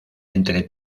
entre